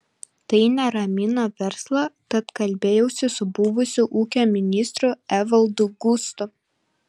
tai neramina verslą tad kalbėjausi su buvusiu ūkio ministru evaldu gustu